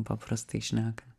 paprastai šnekant